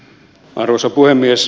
arvoisa puhemies